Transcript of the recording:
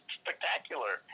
spectacular